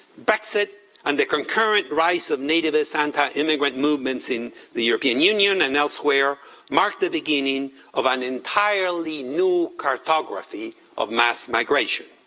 brexit and the concurrent rise of nativist, anti-immigrant movements in the european union and elsewhere mark the beginning of an entirely new cartography of mass migration.